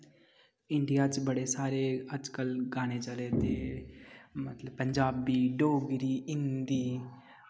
India च बड़े सारे अज्जकल गाने चले दे मतलब पंजाबी डोगरी हिंदी